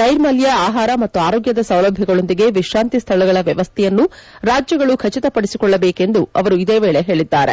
ನೈರ್ಮಲ್ಯ ಆಹಾರ ಮತ್ತು ಆರೋಗ್ಯದ ಸೌಲಭ್ಯಗಳೊಂದಿಗೆ ವಿಶ್ರಾಂತಿ ಸ್ಡಳಗಳ ವ್ಯವಸ್ದೆಯನ್ನು ರಾಜ್ಯಗಳು ಖಚಿತಪಡಿಸಿಕೊಳ್ಳಬೇಕು ಎಂದು ಅವರು ಇದೇ ವೇಳಿ ಹೇಳಿದ್ದಾರೆ